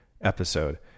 episode